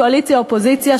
קואליציה-אופוזיציה,